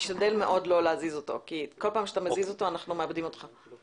אנחנו בבינוי שפוי,